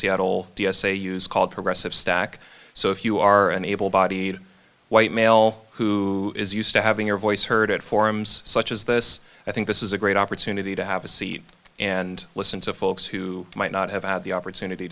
seattle d s a use called progressive stack so if you are an able bodied white male who is used to having your voice heard at forums such as this i think this is a great opportunity to have a seat and listen to folks who might not have had the opportunity